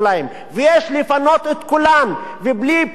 ובלי פינוי כל ההתנחלויות אין שלום.